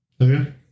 Okay